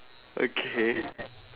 okay